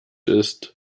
ist